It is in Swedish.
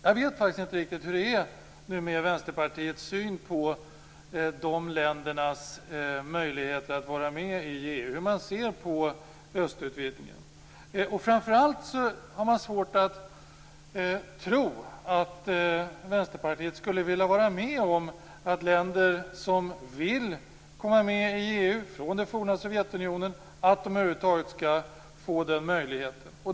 Jag vet faktiskt inte riktigt hur det nu är med Vänsterpartiets syn på de här ländernas möjligheter att vara med i EU, hur man ser på östutvidgningen. Framför allt har jag svårt att tro att Vänsterpartiet skulle vilja vara med om att länder från f.d. Sovjetunionen som vill komma med i EU över huvud taget skall få den möjligheten.